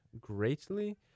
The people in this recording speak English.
greatly